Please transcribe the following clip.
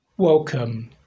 welcome